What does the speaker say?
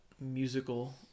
musical